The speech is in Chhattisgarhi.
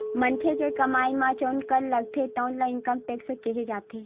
मनखे के कमई म जउन कर लागथे तउन ल इनकम टेक्स केहे जाथे